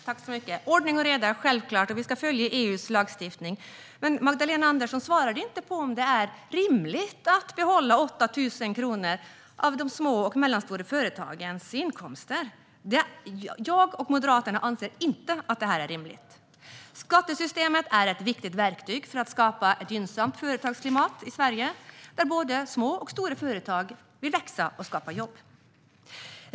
Fru talman! Självklart ska vi ha ordning och reda, och vi ska följa EU:s lagstiftning. Men Magdalena Andersson svarade inte på om det är rimligt att behålla 8 000 kronor av de små och medelstora företagens inkomster. Jag och Moderaterna anser inte att det är rimligt. Skattesystemet är ett viktigt verktyg för att skapa ett gynnsamt företagsklimat i Sverige, där både små och stora företag vill växa och skapa jobb.